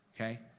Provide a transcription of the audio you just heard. okay